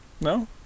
No